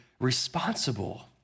responsible